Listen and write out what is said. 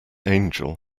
angel